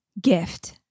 gift